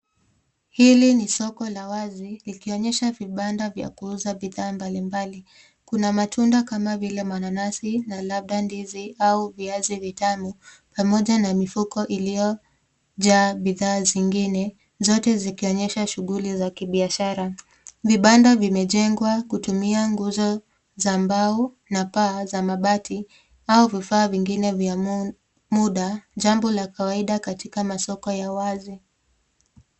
Hili ni soko la wazi likionyesha vibanda vya kuuza bidhaa mbalimbali. Kuna matunda kama vile mananasi na labda ndizi au viazi vitamu pamoja na mifuko iliyojaa bidhaa zingine zote zikionyesha shughuli za kibiashara. Vibanda vimejengwa kutumia nguzo za mbao na paa za mabati au vifaa vingine vya muda, jambo la kawaida katika masoko ya wazi.